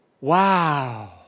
wow